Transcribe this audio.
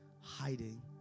hiding